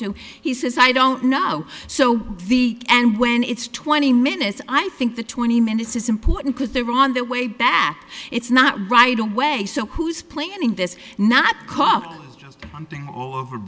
to he says i don't know so the and when it's twenty minutes i think the twenty minutes is important because they're on their way back it's not right away so who's planning this not cook something over